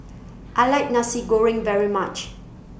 I like Nasi Goreng very much